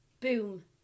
Boom